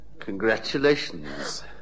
Congratulations